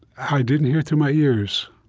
i didn't hear it through my ears,